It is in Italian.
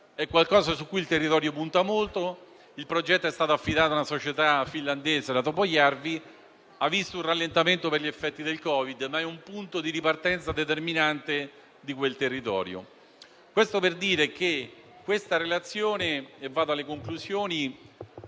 un qualcosa su cui il territorio punta molto. Il progetto, che è stato affidato a una società finlandese, la Tapojarvi, ha visto un rallentamento per gli effetti del Covid-19, ma è un punto di partenza determinante di quel territorio. Questo per dire che questa relazione consente